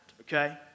okay